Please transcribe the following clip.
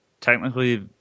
technically